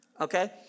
Okay